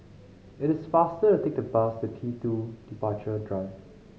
it is faster to take the bus to T Two Departure Drive